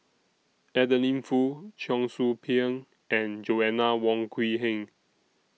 Adeline Foo Cheong Soo Pieng and Joanna Wong Quee Heng